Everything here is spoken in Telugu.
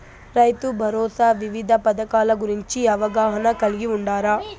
రైతుభరోసా వివిధ పథకాల గురించి అవగాహన కలిగి వుండారా?